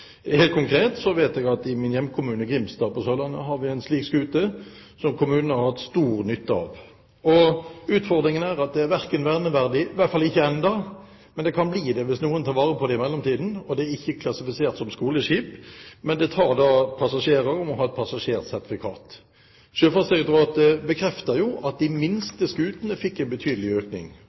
Helt konkret vet jeg at i min hjemkommune, Grimstad, på Sørlandet har vi en slik skute, som kommunen har hatt stor nytte av. Utfordringen er at den verken er verneverdig – i hvert fall ikke ennå, men den kan bli det hvis noen tar vare på den i framtiden – eller klassifisert som skoleskip, men den tar passasjerer og må ha et passasjersertifikat. Sjøfartsdirektoratet bekrefter at de minste skutene fikk en betydelig økning,